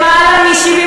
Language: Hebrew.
למעלה מ-70,